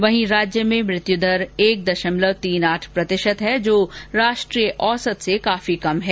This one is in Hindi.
वहीं राज्य में मृत्युदर एक दशमलव तीन आठ प्रतिशत है जो राष्ट्रीय औसत से काफी कम है